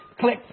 click